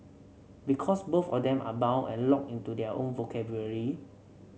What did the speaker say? because both of them are bound and locked into their own vocabulary